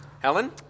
Helen